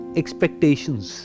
expectations